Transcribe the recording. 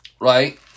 right